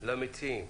למציעים.